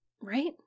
right